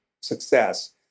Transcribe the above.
success